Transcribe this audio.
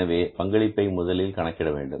எனவே பங்களிப்பை முதலில் கணக்கிட வேண்டும்